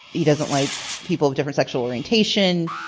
he doesn't like people of different sexual orientation.